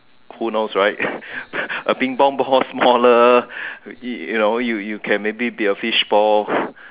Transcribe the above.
who knows right a ping pong ball smaller you you know you you can maybe be a fishball